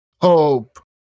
hope